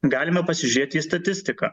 galime pasižiūrėti į statistiką